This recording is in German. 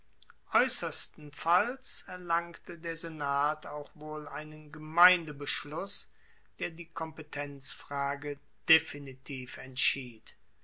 aeussersten falls erlangte der senat auch wohl einen gemeindebeschluss der die kompetenzfrage definitiv entschied